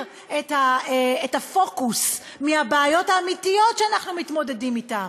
את הפוקוס מהבעיות האמיתיות שאנחנו מתמודדים אתן,